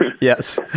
yes